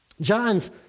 John's